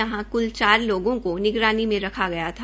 यहां क्ल चार लोगों को निगरानी में रखा गया था